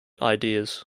ideas